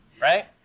right